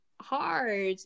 hard